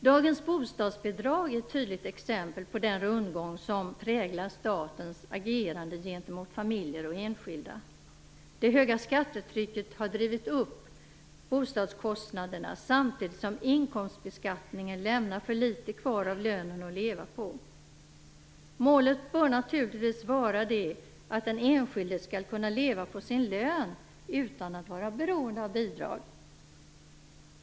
Dagens bostadsbidrag är ett tydligt exempel på den rundgång som präglar statens agerande gentemot familjer och enskilda. Det höga skattetrycket har drivit upp bostadskostnaderna samtidigt som inkomstbeskattningen lämnar för litet kvar av lönen att leva på. Målet bör naturligtvis vara att den enskilde skall kunna leva på sin lön utan att vara beroende av bidrag.